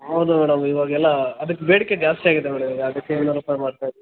ಹೌದು ಮೇಡಮ್ ಇವಾಗೆಲ್ಲ ಅದಕ್ಕೆ ಬೇಡಿಕೆ ಜಾಸ್ತಿ ಆಗಿದೆ ಮೇಡಮ್ ಈಗ ಅದಕ್ಕೆ ಇನ್ನೂರ್ರುಪಾಯಿ ಮಾರ್ತಾಯಿದೆ